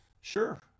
Sure